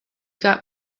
got